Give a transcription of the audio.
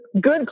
good